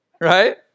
right